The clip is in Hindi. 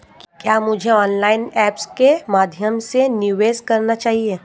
क्या मुझे ऑनलाइन ऐप्स के माध्यम से निवेश करना चाहिए?